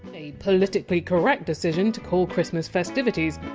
a! politically correct! decision to call christmas festivities!